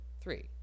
Three